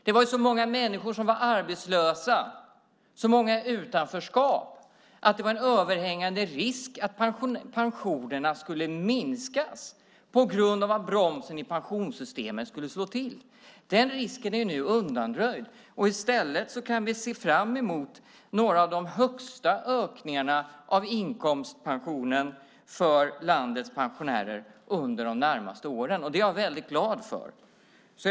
Det var så många människor som var arbetslösa och så många som var i utanförskap att det var en överhängande risk att pensionerna skulle minskas på grund av att bromsen i pensionssystemet skulle slå till. Den risken är nu undanröjd. I stället kan vi se fram emot stora ökningar av inkomstpensionen för landets pensionärer under de närmaste åren. Det är jag väldigt glad över.